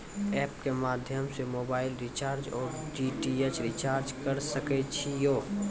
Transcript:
App के माध्यम से मोबाइल रिचार्ज ओर डी.टी.एच रिचार्ज करऽ सके छी यो?